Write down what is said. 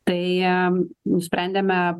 tai nusprendėme